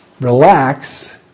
relax